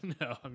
No